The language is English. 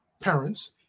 parents